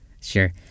sure